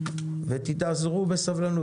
תתאזרו בסבלנות.